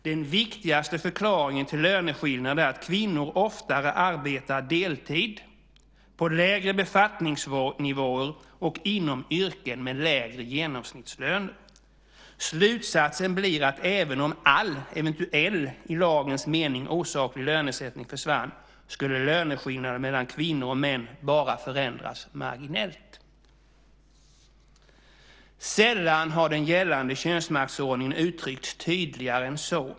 "Den viktigaste förklaringen till löneskillnaderna är att kvinnor oftare arbetar deltid, på lägre befattningsnivåer och inom yrken med lägre genomsnittslöner. Slutsatsen blir att även om all eventuell i lagens mening osaklig lönesättning försvann, skulle löneskillnaderna mellan kvinnor och män bara förändras marginellt." Sällan har den gällande könsmaktsordningen uttryckts tydligare än så.